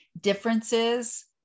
differences